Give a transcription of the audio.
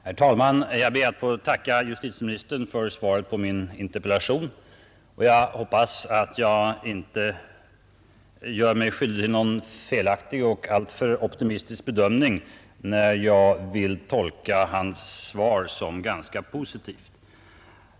Herr talman! Jag ber att få tacka justitieministern för svaret på min interpellation. Jag hoppas att jag inte är alltför optimistisk i min bedömning, när jag vill tolka svaret som ganska positivt.